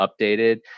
updated